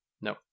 No